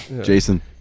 Jason